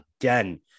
again